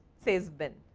says ben.